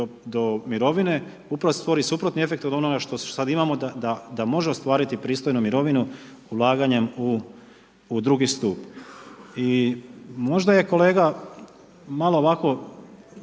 mirovine upravo stvori suprotan efekt od onoga što sad imamo, da može ostvariti pristojnu mirovinu ulaganjem u drugi stup. I možda je kolega malo ovako,